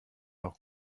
auch